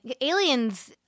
Aliens